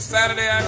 Saturday